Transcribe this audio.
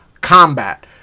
combat